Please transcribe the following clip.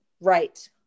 right